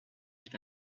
est